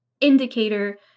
indicator